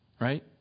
right